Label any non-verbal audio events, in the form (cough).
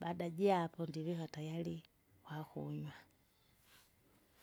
baada japo ndivika tayari, kwakunywa. (noise)